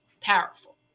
powerful